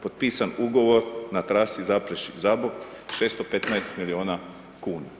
Potpisan ugovor na trasi Zaprešić-Zabok, 615 milijuna kn.